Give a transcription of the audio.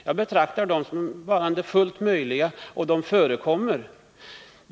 Jag betraktar dem såsom varande goda, och sådan odling förekommer.